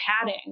padding